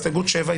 הסתייגות 7,